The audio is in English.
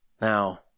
Now